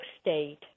State